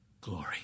glory